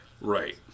Right